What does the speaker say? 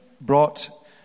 brought